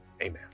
amen